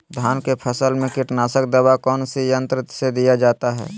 धान की फसल में कीटनाशक दवा कौन सी यंत्र से दिया जाता है?